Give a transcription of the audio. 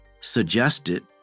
suggested